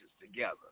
together